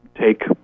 take